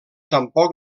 tampoc